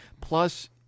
Plus